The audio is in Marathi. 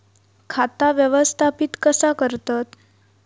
खाता व्यवस्थापित कसा करतत?